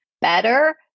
better